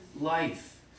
life